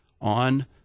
on